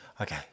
okay